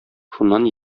шуннан